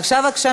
עכשיו-עכשיו,